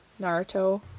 Naruto